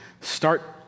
start